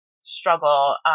struggle